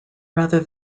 rather